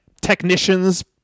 technicians